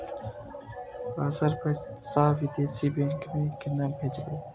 Sir पैसा विदेशी bank में केना भेजबे?